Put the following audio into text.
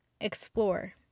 Explore